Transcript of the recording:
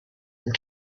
and